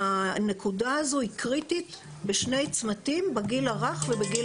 הנקודה הזו היא קריטית בשני צמתים: בגיל הרך ובגיל